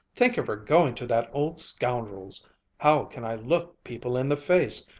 think of her going to that old scoundrel's how can i look people in the face,